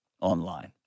online